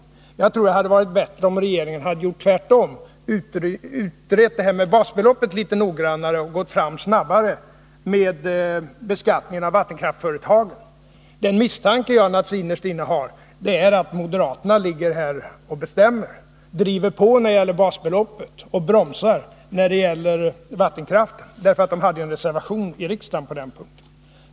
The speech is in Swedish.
Jag tror att det hade varit bättre om regeringen gjort tvärtom: utrett det här med basbeloppet litet noggrannare och gått fram snabbare med beskattningen av vattenkraftföretagen. Den misstanke jag innerst inne har är naturligtvis att moderaterna ligger bakom detta och bestämmer — driver på när det gäller basbeloppet och bromsar när det gäller vattenkraften, för de hade ju en reservation i riksdagen beträffande vattenkraften.